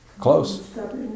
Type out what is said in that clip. Close